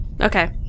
Okay